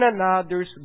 another's